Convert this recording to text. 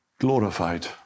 Glorified